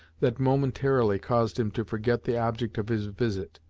that momentarily caused him to forget the object of his visit.